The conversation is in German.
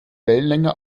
wellenlänge